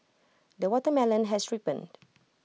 the watermelon has ripened